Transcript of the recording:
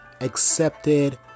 accepted